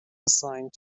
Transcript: assigned